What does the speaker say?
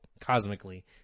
cosmically